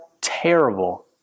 terrible